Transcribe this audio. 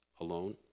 alone